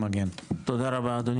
תודה רבה, אדוני